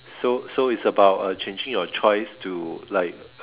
so so is about changing your choice to like